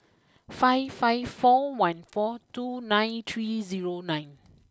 five five four one four two nine three zero nine